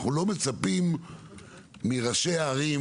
אנחנו לא מצפים מראשי הערים